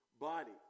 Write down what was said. body